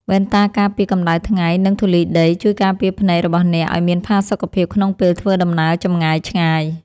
វ៉ែនតាការពារកម្ដៅថ្ងៃ និងធូលីដី ជួយការពារភ្នែករបស់អ្នកឱ្យមានផាសុកភាពក្នុងពេលធ្វើដំណើរចម្ងាយឆ្ងាយ។